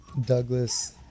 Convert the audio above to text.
Douglas